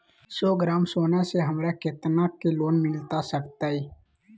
सौ ग्राम सोना से हमरा कितना के लोन मिलता सकतैय?